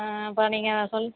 ஆ அப்போ நீங்கள் சொல்